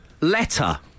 letter